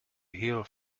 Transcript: healed